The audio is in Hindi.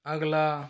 अगला